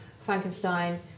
Frankenstein